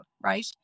right